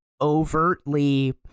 overtly